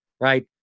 right